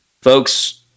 Folks